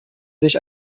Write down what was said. sich